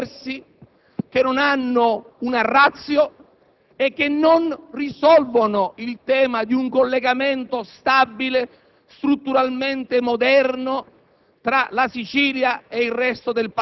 Questa norma dell'articolo 8, che il Governo ha predisposto nel tentativo di dare una soluzione alternativa